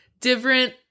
Different